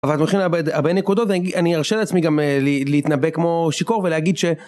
בנקודות אני ארשה לעצמי גם להתנבא כמו שיכור ולהגיד ש.